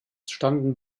standen